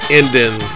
ending